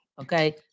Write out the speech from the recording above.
okay